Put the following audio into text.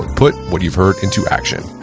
put what you've heard into action